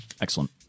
Excellent